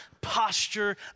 posture